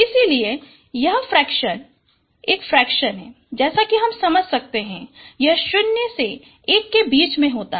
इसलिए यह फ्रैक्शन एक फ्रैक्शन है जैसा कि हम समझते हैं कि यह 0 से 1 के बीच में होता है